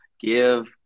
give